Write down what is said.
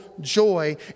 joy